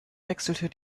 wechselte